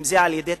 על-ידי תלמידים,